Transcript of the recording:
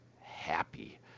happy